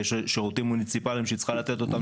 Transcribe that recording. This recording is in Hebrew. יש שירותים מוניציפליים שהיא צריכה לתת אותם